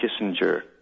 Kissinger